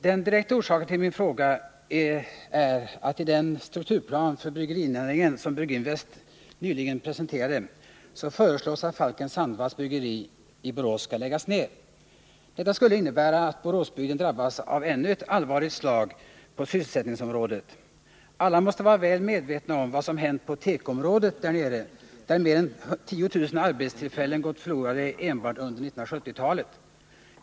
Den direkta orsaken till min fråga är att det i den strukturplan för bryggerinäringen som Brygginvest AB nyligen presenterade föreslås att Falkens bryggeri i Borås skall läggas ner. Detta skulle innebära att Boråsbygden drabbas av ännu ett allvarligt slag på sysselsättningsområdet. Alla måste vara väl medvetna om vad som har hänt på tekoområdet där nere, där mer än 10 000 arbetstillfällen gått förlorade enbart under 1970-talet.